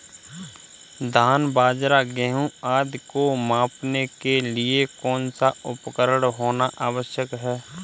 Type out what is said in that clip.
धान बाजरा गेहूँ आदि को मापने के लिए कौन सा उपकरण होना आवश्यक है?